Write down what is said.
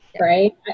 right